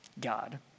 God